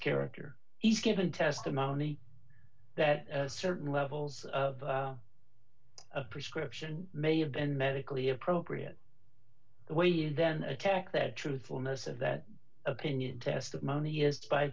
character he's given testimony that certain levels of a prescription may have been medically appropriate way then attack that truthfulness of that opinion testimony is by